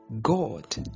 God